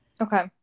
Okay